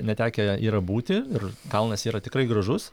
netekę yra būti ir kalnas yra tikrai gražus